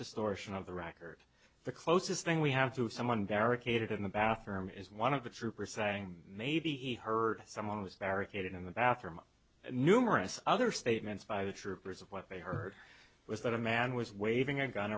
distortion of the record the closest thing we have to someone barricaded in the bathroom is one of the troopers saying maybe he heard someone was barricaded in the bathroom numerous other statements by the troopers of what they heard was that a man was waving a gun